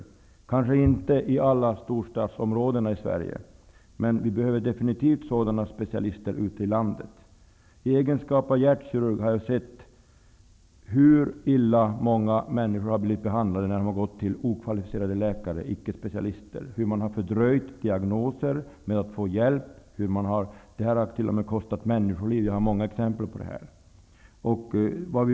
Det behövs kanske inte i alla storstadsområden i Sverige, men vi behöver definitivt sådana specialister ute i landet. I egenskap av hjärtkirurg har jag sett hur illa många människor har blivit behandlade när de har gått till okvalificerade läkare, ickespecialister, och hur man har fördröjt diagnoser och möjlighet att få hjälp. Det har t.o.m. kostat människor livet. Jag har många exempel på detta.